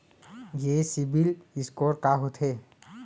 ये सिबील स्कोर का होथे?